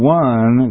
one